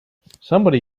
somebody